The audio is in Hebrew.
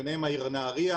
ביניהן העיר נהרייה,